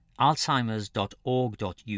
alzheimers.org.uk